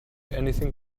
anything